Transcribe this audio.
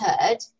heard